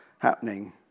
happening